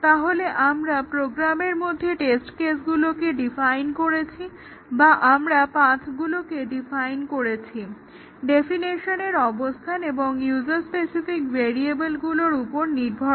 তাহলে আমরা প্রোগ্রামের মধ্যে টেস্ট কেসগুলোকে ডিফাইন করেছি বা আমরা পাথ্গুলোকে ডিফাইন করেছি ডেফিনেশনগুলোর অবস্থান এবং ইউজার স্পেসিফিক ভেরিয়েবলগুলোর উপর ভিত্তি করে